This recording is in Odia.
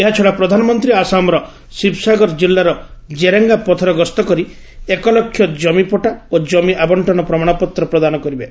ଏହାଛଡ଼ା ପ୍ରଧାନମନ୍ତ୍ରୀ ଆସାମର ଶିବସାଗର ଜିଲ୍ଲାର ଜେରାଙ୍ଗା ପଥର ଗସ୍ତ କରି ଏକଲକ୍ଷ କମିପଟା ଓ ଜମି ଆବଶ୍ଚନ ପ୍ରମାଶପତ୍ର ପ୍ରଦାନ କରିବେ